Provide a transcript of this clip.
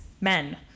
men